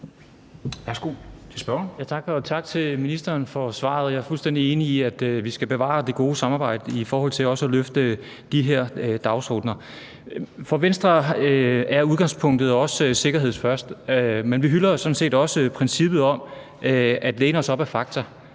tak til ministeren for svaret. Jeg er fuldstændig enig i, at vi skal bevare det gode samarbejdede i forhold til også at løfte de her dagsordener. For Venstre er udgangspunktet også sikkerhed først, men vi hylder sådan set også princippet om at læne os op ad fakta.